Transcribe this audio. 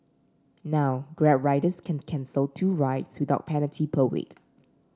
now Grab riders can cancel two rides without penalty per week